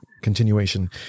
continuation